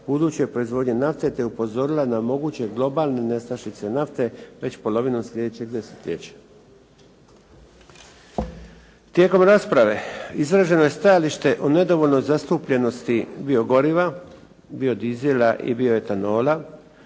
buduće proizvodnje nafte te upozorila na moguće globalne nestašice nafte već polovinom slijedećeg desetljeća. Tijekom rasprave izraženo je stajalište o nedovoljnoj zastupljenosti biogoriva, bio disela i bio etanola,